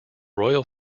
royal